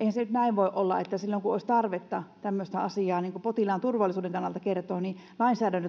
eihän se nyt näin voi olla että silloin kun olisi tarvetta tämmöistä asiaa potilaan turvallisuuden kannalta kertoa niin lainsäädäntö